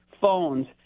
phones